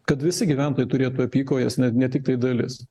kad visi gyventojai turėtų apykojes ne ne tiktai dalis